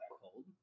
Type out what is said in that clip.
cold